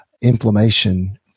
inflammation